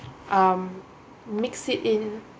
um mix it in